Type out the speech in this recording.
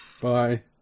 Bye